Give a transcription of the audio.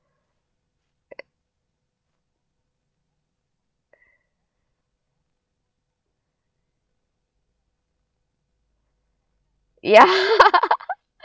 ya